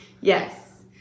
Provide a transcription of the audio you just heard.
Yes